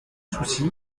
souci